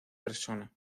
persona